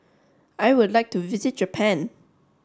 I would like to visit Japan